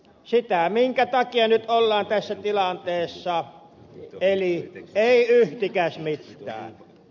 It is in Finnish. sitä minkä takia nyt ollaan tässä tilanteessa eli ei yhtikäs mittään